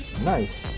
Nice